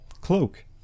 cloak